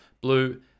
blue